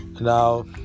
Now